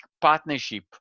partnership